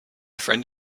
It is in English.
friend